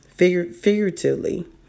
Figuratively